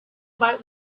about